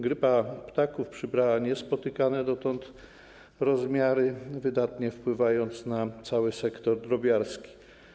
Grypa ptaków przybrała niespotykane dotąd rozmiary, wydatnie wpływając na cały sektor drobiarski.